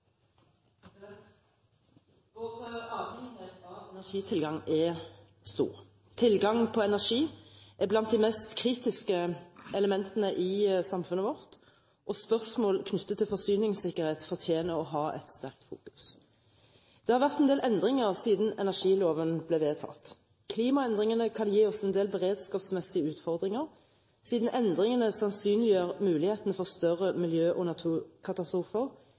avhengighet av energitilgang er stor. Tilgang på energi er blant de mest kritiske elementene i samfunnet vårt, og spørsmål knyttet til forsyningssikkerhet fortjener å ha et sterkt fokus. Det har vært en del endringer siden energiloven ble vedtatt. Klimaendringene kan gi oss en del beredskapsmessige utfordringer siden endringene sannsynliggjør mulighetene for større miljø- og